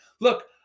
Look